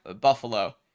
buffalo